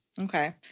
Okay